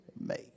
made